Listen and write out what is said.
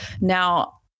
Now